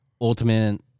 Ultimate